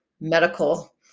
medical